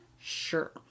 Sure